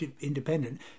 Independent